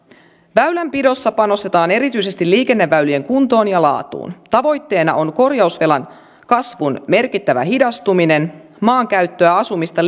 väylänpidossa panostetaan erityisesti liikenneväylien kuntoon ja laatuun tavoitteena on korjausvelan kasvun merkittävä hidastuminen maankäyttöä asumista